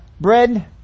bread